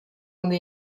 anda